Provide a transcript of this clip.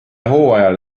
hooajal